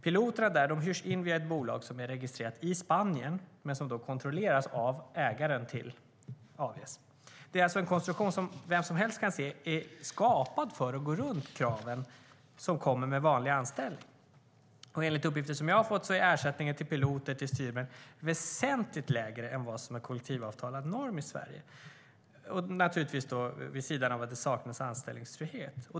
Piloterna där hyrs in via ett bolag som är registrerat i Spanien men som kontrolleras av ägaren till Avies. Det är alltså en konstruktion som vem som helst kan se är skapad för att gå runt kraven som kommer med en vanlig anställning. Enligt uppgifter som jag har fått är ersättningen till piloter och styrmän väsentligt lägre än kollektivavtalad norm i Sverige, vid sidan av att det saknas anställningstrygghet.